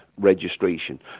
registration